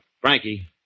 Frankie